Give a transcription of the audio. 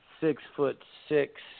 six-foot-six